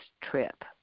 trip